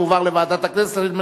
היא רשאית